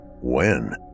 When